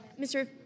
Mr